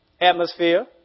atmosphere